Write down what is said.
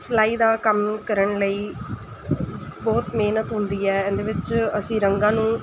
ਸਿਲਾਈ ਦਾ ਕੰਮ ਕਰਨ ਲਈ ਬਹੁਤ ਮਿਹਨਤ ਹੁੰਦੀ ਹੈ ਇਹਦੇ ਵਿੱਚ ਅਸੀਂ ਰੰਗਾਂ ਨੂੰ